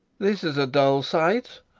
this is a dull sight.